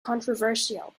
controversial